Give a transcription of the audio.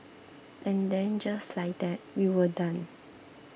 and then just like that we were done